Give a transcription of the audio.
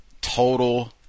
total